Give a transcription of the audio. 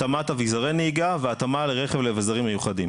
התאמת אביזרי נהיגה והתאמה לרכב לאביזרים מיוחדים.